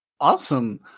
Awesome